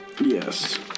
Yes